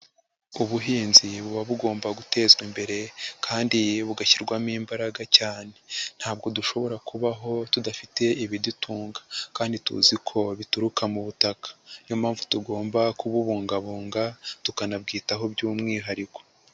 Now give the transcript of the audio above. Ubuhinzi buba bugomba gutezwa imbere kandi bugashyirwamo imbaraga cyane, ntabwo dushobora kubaho tudafiteye ibidutunga kandi tuzi ko bituruka mu butaka, niyo mpamvu tugomba kububungabunga tukanabwitaho by'umwihariko.